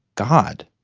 god.